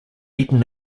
eaten